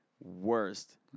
Worst